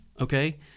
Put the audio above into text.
Okay